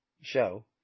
show